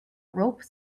rope